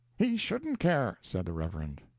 he shouldn't care, said the reverend.